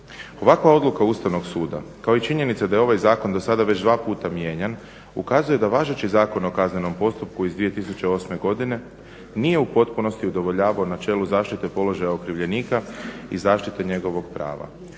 Ovakva odluka Ustavnog suda kao i činjenica da je ovaj Zakon do sada već dva puta mijenjan ukazuje da važeći Zakon o kaznenom postupku iz 2008. godine nije u potpunosti udovoljavao načelu zaštite položaja okrivljenika i zaštite njegovog prava,